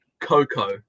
Coco